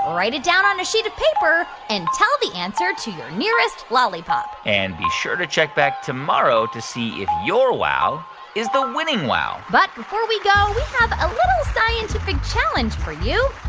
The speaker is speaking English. write it down on a sheet of paper and tell the answer to your nearest lollipop and be sure to check back tomorrow to see if your wow is the winning wow but before we go, we have a little scientific challenge for you.